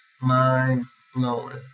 Mind-blowing